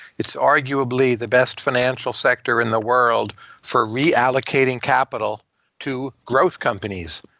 it's arguably the best financial sector in the world for reallocating capital to growth companies.